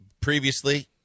previously